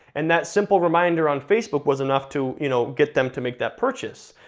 and that simple reminder on facebook was enough to you know get them to make that purchase.